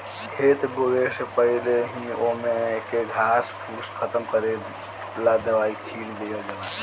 खेत बोवे से पहिले ही ओमे के घास फूस खतम करेला दवाई छिट दिहल जाइ